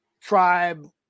tribe